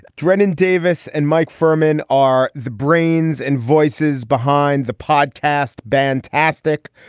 drennen davis and mike fermin are the brains and voices behind the podcast band tastic.